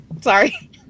Sorry